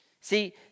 See